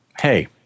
hey